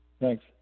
Thanks